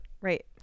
Right